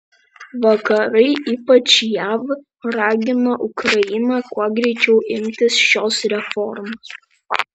vakarai ypač jav ragino ukrainą kuo greičiau imtis šios reformos